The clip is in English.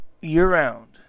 year-round